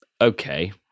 Okay